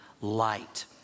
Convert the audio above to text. light